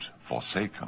forsaken